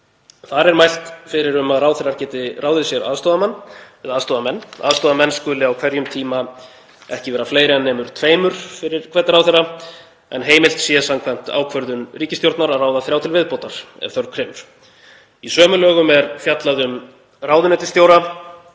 þar sem mælt er fyrir um að ráðherrar geti ráðið sér aðstoðarmann eða aðstoðarmenn, aðstoðarmenn skuli á hverjum tíma ekki vera fleiri en nemur tveimur fyrir hvern ráðherra en heimilt sé samkvæmt ákvörðun ríkisstjórnar að ráða þrjá til viðbótar ef þörf krefur. Í sömu lögum er fjallað um ráðuneytisstjóra,